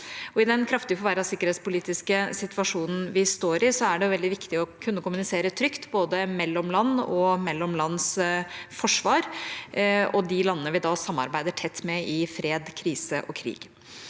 I den kraftig forverrede sikkerhetspolitiske situasjonen vi står i, er det veldig viktig å kunne kommunisere trygt, både mellom land og mellom lands forsvar, og med de landene vi samarbeider tett med i fred, krise og krig.